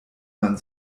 man